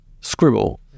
scribble